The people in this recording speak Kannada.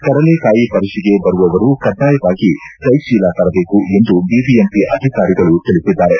ಕಡಲೆಕಾಯಿ ಪರಿಷೆಗೆ ಬರುವವರು ಕಡ್ಡಾಯವಾಗಿ ಕೈಚೀಲ ತರಬೇಕು ಎಂದು ಬಿಬಿಎಂಪಿ ಅಧಿಕಾರಿಗಳು ತಿಳಿಸಿದ್ದಾರೆ